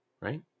right